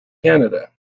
canada